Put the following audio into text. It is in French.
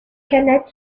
khanat